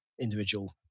individual